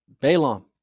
Balaam